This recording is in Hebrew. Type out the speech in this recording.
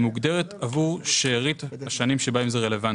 מוגדרת עבור שארית השנים שבהן זה רלוונטי.